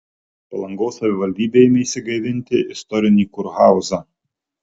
palangos savivaldybė ėmėsi gaivinti istorinį kurhauzą